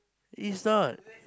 is not